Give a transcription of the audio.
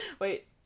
Wait